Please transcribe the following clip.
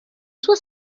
sua